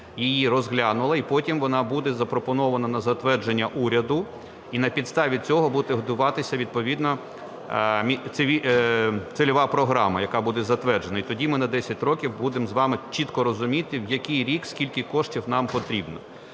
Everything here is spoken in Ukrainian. її розглянула, і потім вона буде запропонована на затвердження уряду. І на підставі цього буде готуватися відповідна цільова програма, яка буде затверджена. І тоді ми на 10 років будемо з вами чітко розуміти, в який рік, скільки коштів нам потрібно.